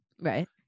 right